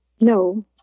no